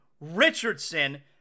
Richardson